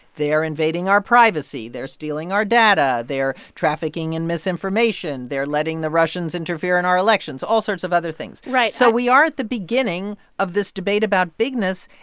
they're invading our privacy. they're stealing our data. they're trafficking in misinformation. they're letting the russians interfere in our elections all sorts of other things right, i. so we are at the beginning of this debate about bigness.